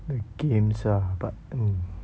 the games lah but mm